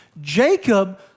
Jacob